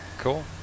Cool